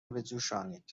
بجوشانید